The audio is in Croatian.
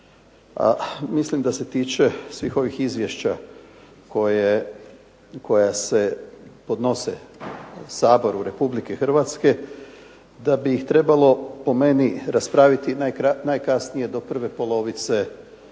mislim da se tiče svih ovih izvješća koja se podnose Saboru Republike Hrvatske, da bi ih trebalo po meni raspraviti najkasnije do prve polovice tekuće